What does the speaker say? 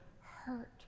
hurt